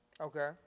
Okay